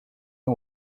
uns